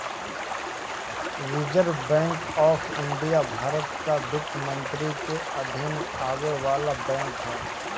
reserve bank of India Bharat कअ वित्त मंत्रालय के अधीन आवे वाला बैंक हअ